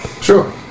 Sure